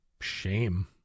shame